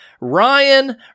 Ryan